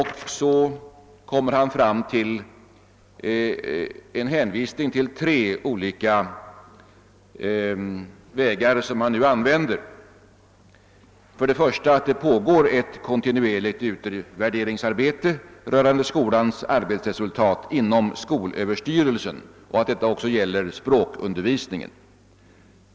Han hänvisar därefter till de tre olika vägar som man nu använder. För det första pågår inom skolöverstyrelsen ett kontinuerligt utvärderingsarbete rörande skolans arbetsresultat, och detta gäller också språkundervisningen.